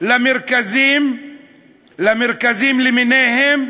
למרכזים למיניהם.